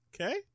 Okay